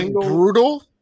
brutal